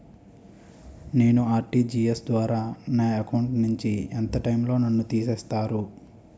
నేను ఆ.ర్టి.జి.ఎస్ ద్వారా నా అకౌంట్ నుంచి ఎంత టైం లో నన్ను తిసేస్తారు?